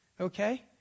okay